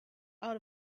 out